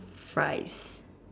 fries